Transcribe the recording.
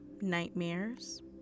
nightmares